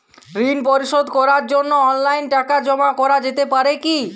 ঋন পরিশোধ করার জন্য অনলাইন টাকা জমা করা যেতে পারে কি?